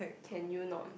can you not